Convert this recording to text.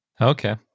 Okay